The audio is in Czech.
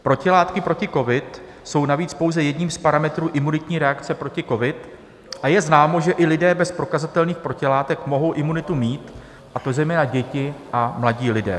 Protilátky proti covidu jsou navíc pouze jedním z parametrů imunitní reakce proti covidu a je známo, že i lidé bez prokazatelných protilátek mohou imunitu mít, a to zejména děti a mladí lidé.